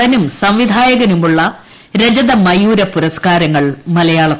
നടനും സംവിധായകനുമുള്ള രജത മയൂര പൂരസ്ക്കാരങ്ങൾ മലയാളത്തിന്